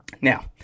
Now